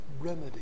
remedy